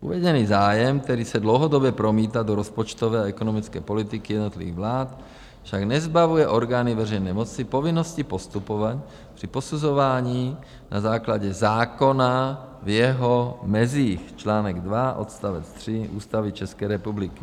Uvedený zájem, který se dlouhodobě promítá do rozpočtové a ekonomické politiky jednotlivých vlád, však nezbavuje orgány veřejné moci povinnosti postupovat při posuzování na základě zákona v jeho mezích, čl. 2 odst. 3 Ústavy České republiky.